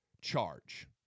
charge